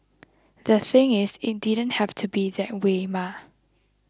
the thing is it didn't have to be that way mah